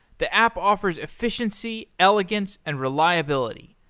the app offers efficiency, elegance, and reliability.